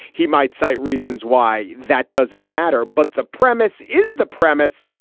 he might cite reasons why that doesn't matter, but the premise is the premise.